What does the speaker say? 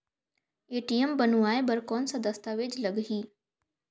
ATM बनवाय बर कौन का दस्तावेज लगही?